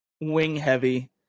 wing-heavy